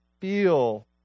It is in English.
feel